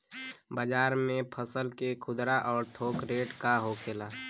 बाजार में फसल के खुदरा और थोक रेट का होखेला?